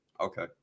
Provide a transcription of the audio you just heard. Okay